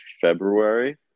February